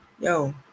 Yo